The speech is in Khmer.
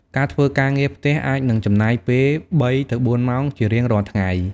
ការធ្វើការងារផ្ទះអាចនឹងចំណាយពេលបីទៅបួនម៉ោងជារៀងរាល់ថ្ងៃ។